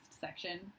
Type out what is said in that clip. section